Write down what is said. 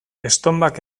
estonbak